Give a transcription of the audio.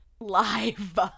live